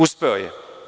Uspeo je.